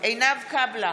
עינב קאבלה,